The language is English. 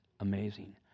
amazing